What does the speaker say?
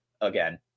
Again